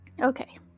Okay